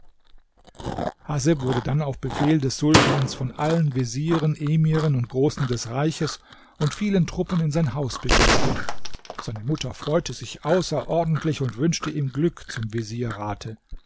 wurde dann auf befehl des sultans von allen vezieren emiren und großen des reiches und vielen truppen in sein haus begleitet seine mutter freute sich außerordentlich und wünschte ihm glück zum vezierate